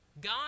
God